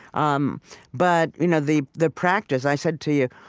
um but you know the the practice i said to you,